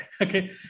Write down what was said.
okay